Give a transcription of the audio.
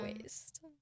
waste